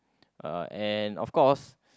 uh and of course